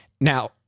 Now